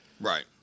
Right